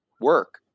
work